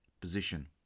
position